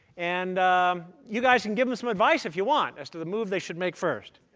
and you guys can give them some advice if you want, as to the move they should make first.